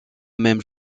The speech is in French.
même